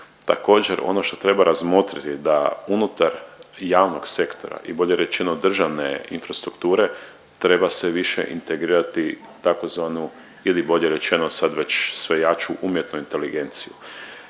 Također, ono što treba razmotriti da unutar javnog sektora i bolje rečeno državne infrastrukture treba sve više integrirati tzv. ili bolje rečeno sad već sve jaču umjetnu inteligenciju.